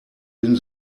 bin